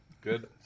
Good